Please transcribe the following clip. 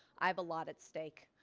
i have a lot at stake.